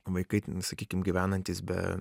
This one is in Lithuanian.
vaikai sakykim gyvenantys be